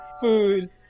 food